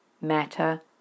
matter